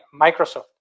microsoft